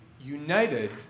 united